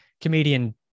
comedian